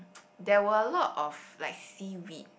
there were a lot of like seaweed